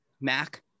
Mac